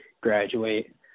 graduate